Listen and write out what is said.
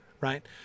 right